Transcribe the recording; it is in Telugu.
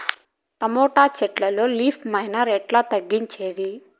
టమోటా చెట్లల్లో లీఫ్ మైనర్ ఎట్లా తగ్గించేది?